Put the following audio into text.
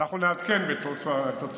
--- אנחנו נעדכן בתוצאות השימוע.